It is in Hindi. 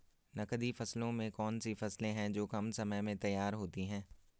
नकदी फसलों में कौन सी फसलें है जो कम समय में तैयार होती हैं?